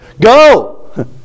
go